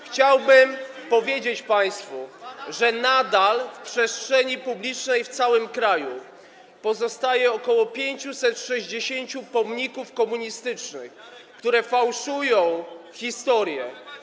Chciałbym powiedzieć państwu, że nadal w przestrzeni publicznej w całym kraju pozostaje ok. 560 pomników komunistycznych, które fałszują historię.